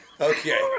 Okay